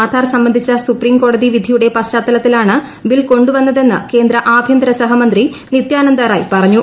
ആധാർ സംബന്ധിച്ച സുപ്രീം കോടതി വിധിയുടെ പശ്ചാത്തലത്തിലാണ് ബിൽ കൊണ്ടുവന്നതെന്ന് കേന്ദ്രആഭ്യന്തര സഹ മന്ത്രി നിത്യാനന്ദ റായ് പറഞ്ഞു